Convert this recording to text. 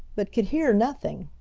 but could hear nothing.